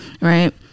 right